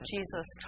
Jesus